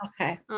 Okay